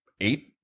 eight